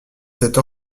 cette